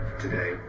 today